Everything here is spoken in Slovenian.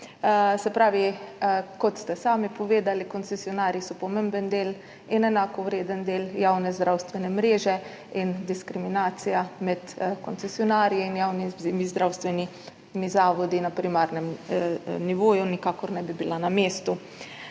Kot ste sami povedali, so koncesionarji pomemben in enakovreden del javne zdravstvene mreže in diskriminacija med koncesionarji in javnimi zdravstvenimi zavodi na primarnem nivoju nikakor ne bi bila na mestu.